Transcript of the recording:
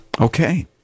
okay